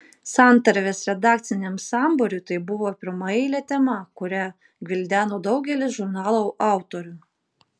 santarvės redakciniam sambūriui tai buvo pirmaeilė tema kurią gvildeno daugelis žurnalo autorių